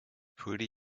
pretty